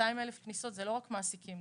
200,000 כניסות זה לא רק מעסיקים,